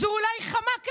זה אולי חמק לכם,